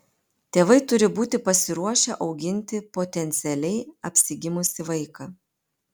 tėvai turi būti pasiruošę auginti potencialiai apsigimusį vaiką